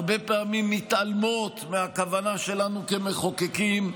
הרבה הן פעמים מתעלמות מהכוונה שלנו כמחוקקים,